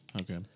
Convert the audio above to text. okay